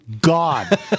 god